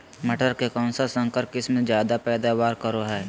मटर के कौन संकर किस्म जायदा पैदावार करो है?